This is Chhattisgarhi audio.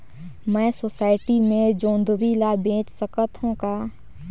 मैं सोसायटी मे जोंदरी ला बेच सकत हो का?